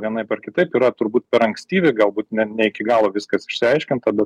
vienaip ar kitaip yra turbūt per ankstyvi galbūt ne ne iki galo viskas išsiaiškinta